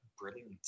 brilliant